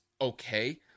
okay